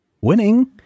winning